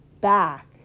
back